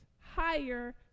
higher